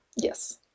Yes